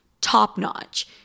top-notch